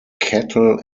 cattle